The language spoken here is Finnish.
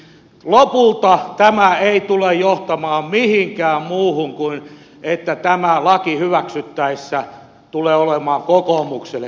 lopulta tämä ei tule johtamaan mihinkään muuhun kuin siihen että tämä laki hyväksyttäessä tulee olemaan kokoomukselle pyrrhoksen voitto